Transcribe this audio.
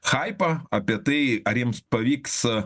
haipą apie tai ar jiems pavyks